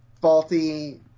faulty –